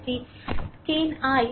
এটি 10 i